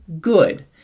good